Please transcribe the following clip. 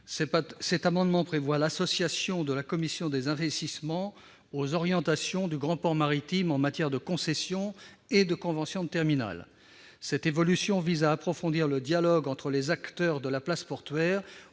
Cet amendement tend à associer la commission des investissements aux orientations du grand port maritime en matière de concessions et de conventions de terminal. On approfondirait ainsi le dialogue entre les acteurs de la place portuaire